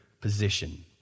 position